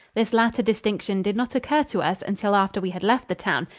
this latter distinction did not occur to us until after we had left the town,